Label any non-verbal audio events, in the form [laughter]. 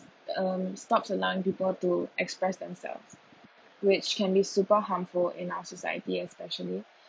um stops allowing people to express themselves which can be super harmful in our society especially [breath]